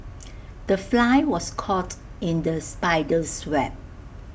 the fly was caught in the spider's web